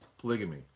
Polygamy